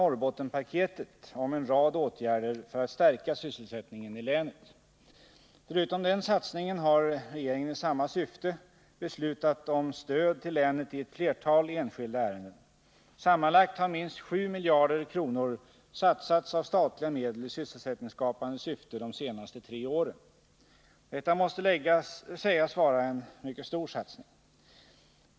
Norrbottenpaketet om en rad åtgärder för att stärka sysselsättningen i länet. Förutom den satsningen har regeringen i samma syfte beslutat om stöd till länet i ett flertal enskilda ärenden. Sammanlagt har minst 7 miljarder kronor satsats av statliga medel i sysselsättningsskapande syfte de senaste tre åren. Detta måste sägas vara en mycket stor satsning.